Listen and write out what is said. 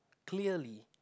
clearly